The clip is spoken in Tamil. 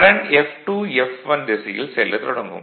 கரண்ட் F2 F1 திசையில் செல்லத் தொடங்கும்